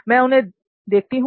मैं उन्हें देखती हूं